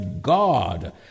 God